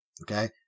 Okay